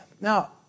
Now